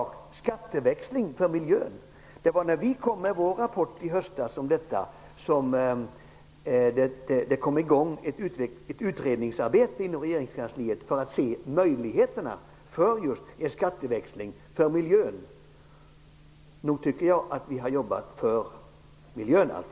Det var när vi kom med vår rapport i höstas som ett utredningsarbete inom regeringskansliet kom i gång för att undersöka möjligheterna just till en skatteväxling som gynnar miljön. Så nog tycker jag att vi har jobbat för miljön, alltid!